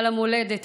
על המולדת,